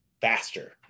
faster